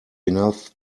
enough